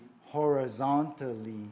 horizontally